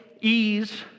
ease